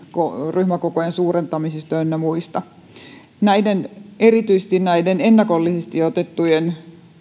ryhmäkokojen suurentamisesta ynnä muista erityisesti näiden ennakollisesti otettujen